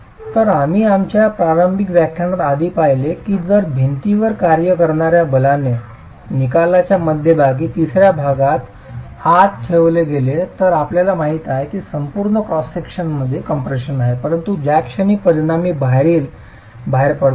तर आम्ही आमच्या प्रारंभिक व्याख्यानात आधी पाहिले आहे की जर भिंतीवर कार्य करणार्या बलाने निकालाच्या मध्यभागी तिसर्या भागाच्या आत स्थित ठेवले तर आपल्याला माहित आहे की संपूर्ण क्रॉस सेक्शन कम्प्रेशनमध्ये आहे परंतु ज्या क्षणी परिणामी बाहेरील बाहेर पडतो